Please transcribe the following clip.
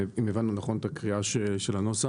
אם הבנו נכון את הקריאה של הנוסח.